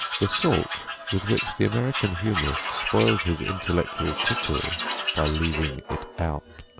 the salt with which the american humorist spoils his intellectual cookery by leaving it out.